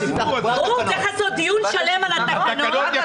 צריך לעשות דיון שלם על התקנות.